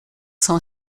sont